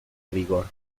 rigor